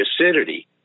acidity